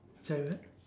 sorry what